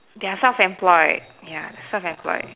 you're self employed ya self employed